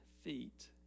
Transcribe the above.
feet